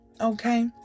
okay